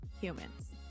humans